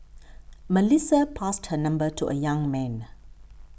Melissa passed her number to the young man